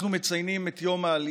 אני בחרתי לפתוח את הנאום בציטוט